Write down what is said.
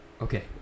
okay